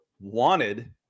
wanted